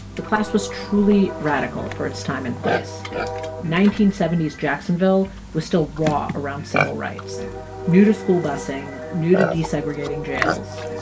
the class was truly radical for its time and place nineteen seventy s jacksonville was still raw around civil rights new to school busing, new to desegregating jails.